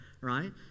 Right